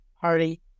Party